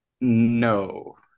No